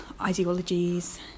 ideologies